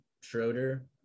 Schroeder